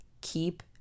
keep